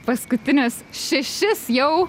paskutinius šešis jau